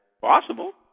Possible